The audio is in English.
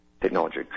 technology